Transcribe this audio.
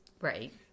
Right